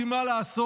כי מה לעשות,